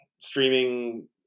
streaming